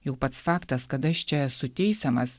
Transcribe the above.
jau pats faktas kad aš čia esu teisiamas